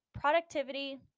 productivity